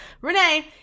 Renee